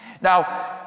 Now